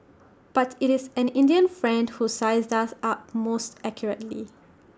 but IT is an Indian friend who sized us up most accurately